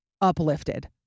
uplifted